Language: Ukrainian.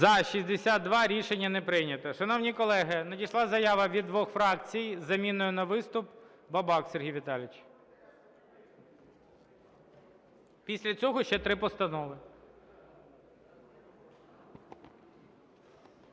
За-62 Рішення не прийнято. Шановні колеги, надійшла заява від двох фракцій з заміною на виступ. Бабак Сергій Віталійович. Після цього ще 3 постанови.